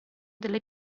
delle